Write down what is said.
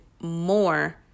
more